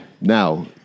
now